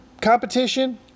competition